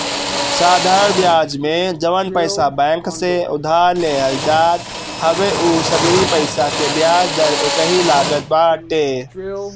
साधरण बियाज में जवन पईसा बैंक से उधार लेहल जात हवे उ सगरी पईसा के बियाज दर एकही लागत बाटे